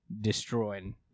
destroying